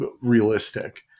realistic